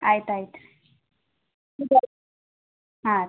ಆಯಿತು ಆಯಿತು ರೀ ಹಾಂ ರೀ